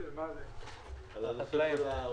דבר שעד היום לא התאפשר להם בגלל מכסה של